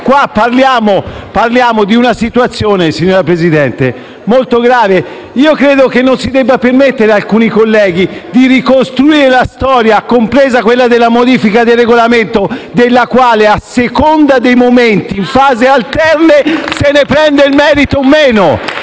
Parliamo di una situazione, signor Presidente, molto grave. Io credo che non si debba permettere ad alcuni colleghi di ricostruire la storia, compresa quella della modifica del Regolamento della quale, a seconda dei momenti e a fasi alterne, ci si prende il merito o meno.